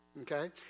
okay